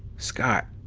scott,